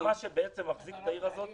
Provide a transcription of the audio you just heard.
כמו שלנקרי אמר.